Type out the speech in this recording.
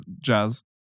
jazz